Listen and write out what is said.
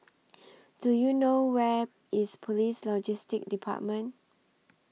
Do YOU know Where IS Police Logistics department